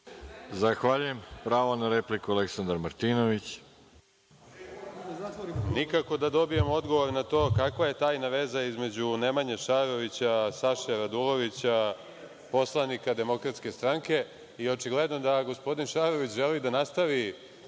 Martinović, pravo na repliku. **Aleksandar Martinović** Nikako da dobijem odgovor na to kakva je tajna veza između Nemanje Šarovića, Saše Radulovića, poslanika DS. Očigledno da gospodin Šarović želi da nastavi